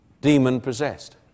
demon-possessed